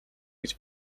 гэж